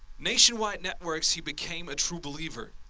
nationwide networks he became a true believer.